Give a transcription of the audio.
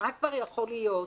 מה כבר יכול להיות?